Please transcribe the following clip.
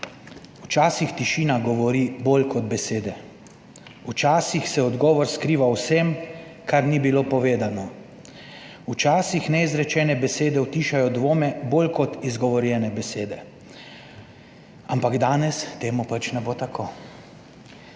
Včasih tišina govori bolj kot besede, včasih se odgovor skriva v vsem, kar ni bilo povedano, včasih neizrečene besede utišajo dvome bolj kot izgovorjene besede, ampak danes temu pač ne bo tako.